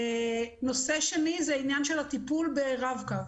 נושא שני זה עניין של הטיפול ברב-קו.